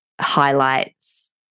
highlights